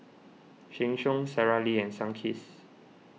Sheng Siong Sara Lee and Sunkist